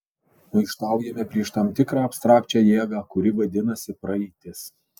maištaujame prieš tam tikrą abstrakčią jėgą kuri vadinasi praeitis